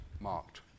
marked